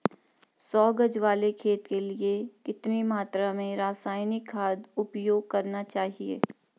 सौ गज वाले खेत के लिए कितनी मात्रा में रासायनिक खाद उपयोग करना चाहिए?